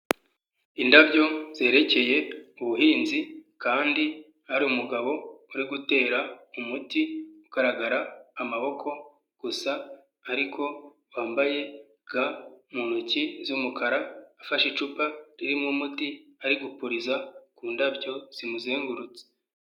Indabyo zerekeye ubuhinzi kandi hari umugabo uri gutera umuti ugaragara amaboko gusa ariko wambaye ga mu ntoki z'umukara afashe icupa ririmo umuti ari gupuriza ku ndabyo zimuzengurutse.